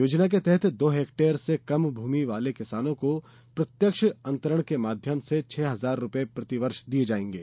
योजना के तहत दो हेक्टेयर से कम भूमि वाले किसानों को प्रत्यक्ष अंतरण के माध्यम से छह हजार रूपये प्रतिवर्ष दिये जायेंगे